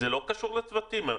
זה לא קשור לצוותים.